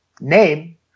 name